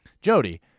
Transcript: Jody